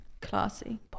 Classy